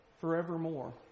forevermore